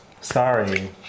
sorry